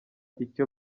icyo